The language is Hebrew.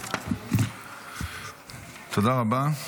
תודה רבה.